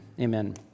amen